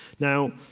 now,